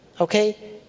okay